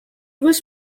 was